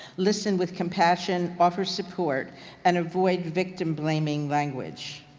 listen with compassion. offering support and avoid victim blaming language.